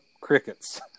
crickets